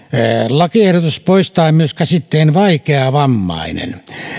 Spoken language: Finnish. lakiesitys poistaa myös käsitteen vaikeavammainen